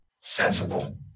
Sensible